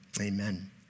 Amen